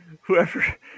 whoever